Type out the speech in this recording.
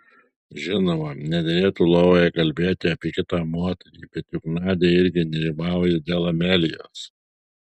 žinoma nederėtų lovoje kalbėti apie kitą moterį bet juk nadia irgi nerimauja dėl amelijos